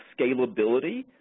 scalability